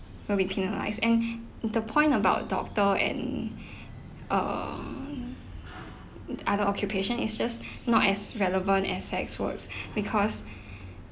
will be penalized and the point about doctor and um other occupations is just not as relevant as sex works because